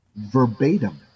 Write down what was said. verbatim